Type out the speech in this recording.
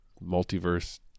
multiverse